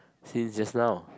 since just now